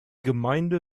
gemeinde